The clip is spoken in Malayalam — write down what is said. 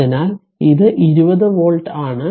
അതിനാൽ ഇത് 20 വോൾട്ട് ആണ്